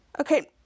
Okay